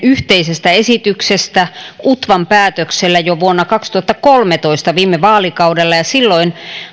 yhteisestä esityksestä utvan päätöksellä jo vuonna kaksituhattakolmetoista viime vaalikaudella ja silloin